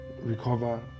recover